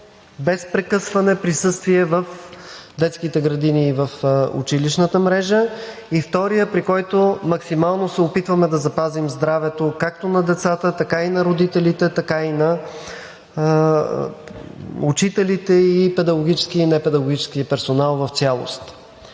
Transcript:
без прекъсване присъствие в детските градини и в училищната мрежа и, вторият, при който максимално се опитваме да запазим здравето както на децата, така и на родителите, така и на учителите, педагогическия и непедагогическия персонал в цялост.